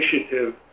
initiative